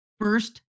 first